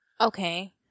Okay